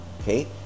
okay